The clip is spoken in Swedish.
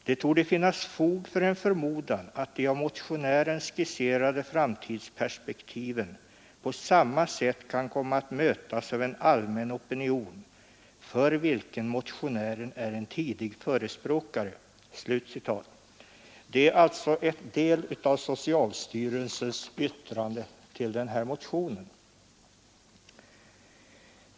Det torde finnas fog för en förmodan att de av motionären skisserade framtidsperspektiven på samma sätt kan komma att mötas av en allmän opinion, för vilken motionären är en tidig förespråkare.” Detta var alltså en del av socialstyrelsens yttrande över motionen.